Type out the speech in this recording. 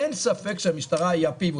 אין ספק שהמשטרה היא ה-pivot,